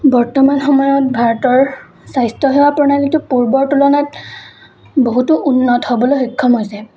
বৰ্তমান সময়ত ভাৰতৰ স্বাস্থ্য সেৱাৰ প্ৰণালীটো পূৰ্বৰ তুলনাত বহুতো উন্নত হ'বলৈ সক্ষম হৈছে